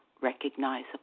recognizable